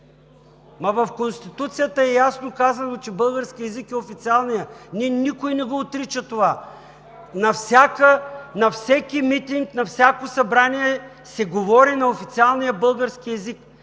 В Конституцията е ясно казано, че българският език е официалният, никой не отрича това. На всеки митинг, на всяко събрание се говори на официалния български език